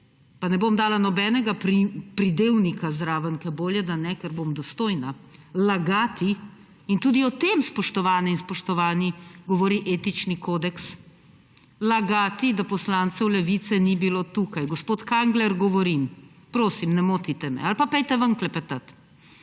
pa ne bom dala nobenega pridevnika zraven, ker bolje, da ne, ker bom dostojna – lagati. In tudi o tem, spoštovane in spoštovani, govori etični kodeks. Lagati, da poslancev Levice ni bilo tukaj. Gospod Kangler, govorim. Prosim, ne motite me! Ali pa pojdite ven klepetat.